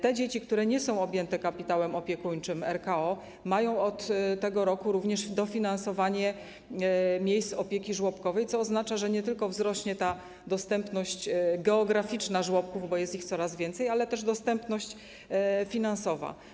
Te dzieci, które nie są objęte Rodzinnym Kapitałem Opiekuńczym, RKO, mają od tego roku również dofinansowanie miejsc opieki żłobkowej, co oznacza, że wzrośnie nie tylko dostępność geograficzna żłobków, bo jest ich coraz więcej, ale też dostępność finansowa.